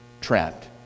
trapped